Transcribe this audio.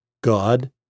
God